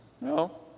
No